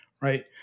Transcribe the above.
right